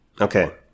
Okay